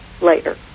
later